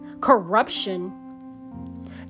corruption